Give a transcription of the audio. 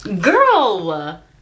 Girl